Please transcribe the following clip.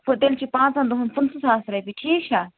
تیٚلہِ چھِ پانٛژن دۄہن پٕنٛژٕہ ساس رۄپیہِ ٹھیٖک چھا